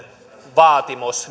vaatimus